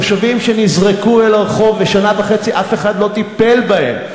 תושבים שנזרקו אל הרחוב ושנה וחצי אף אחד לא טיפל בהם.